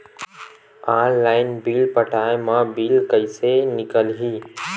Online bill पटाय मा bill कइसे निकलही?